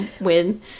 win